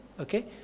Okay